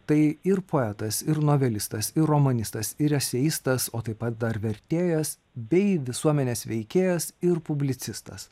tai ir poetas ir novelistas ir romanistas ir eseistas o taip pat dar vertėjas bei visuomenės veikėjas ir publicistas